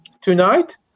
tonight